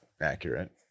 accurate